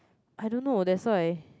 I don't know that's why